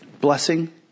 blessing